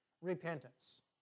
repentance